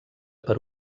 per